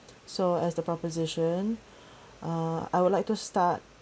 so as the proposition uh I would like to start